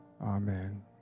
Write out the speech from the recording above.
amen